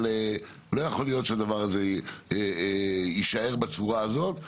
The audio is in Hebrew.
אבל לא יכול להיות שהדבר הזה יישאר בצורה הזאת.